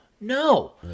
No